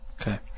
Okay